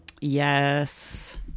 yes